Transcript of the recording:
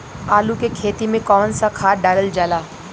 आलू के खेती में कवन सा खाद डालल जाला?